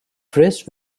fresh